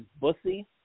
Bussy